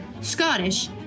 Scottish